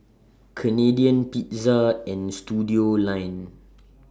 Canadian Pizza and Studioline